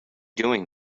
doing